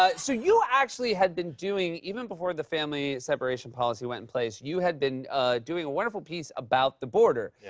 ah so you actually had been doing, even before the family separation policy went in place, you had been doing a wonderful piece about the border. yeah.